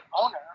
owner